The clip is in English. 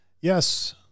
Yes